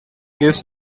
gives